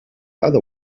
other